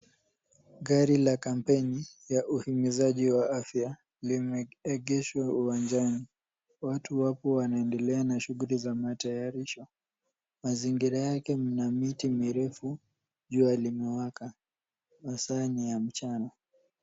Gari la kampeni ya uhimizaji wa afya limeegeshwa uwanjani. Watu wapo wanaendelea na shughuli za matayarisho. Mazingira yake mna miti mirefu, jua limewaka masaa ni ya mchana.